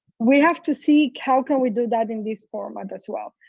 we have to see how can we do that in this format as well.